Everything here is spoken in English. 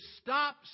stop